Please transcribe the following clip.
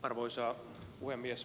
arvoisa puhemies